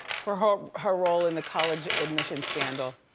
for her her role in the college admissions scandal.